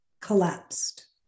collapsed